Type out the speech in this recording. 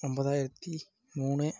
ஒம்பதாயிரத்தி மூணு